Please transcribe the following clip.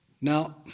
now